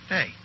Hey